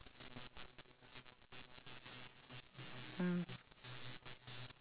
right and then and then recently I went to pondok gurame